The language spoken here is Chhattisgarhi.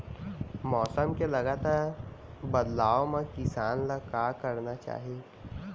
मौसम के लगातार बदलाव मा किसान ला का करना चाही?